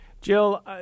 Jill